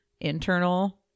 internal